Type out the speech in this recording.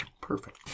Perfect